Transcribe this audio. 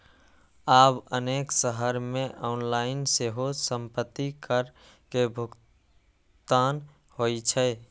आब अनेक शहर मे ऑनलाइन सेहो संपत्ति कर के भुगतान होइ छै